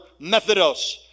Methodos